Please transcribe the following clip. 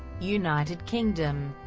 united kingdom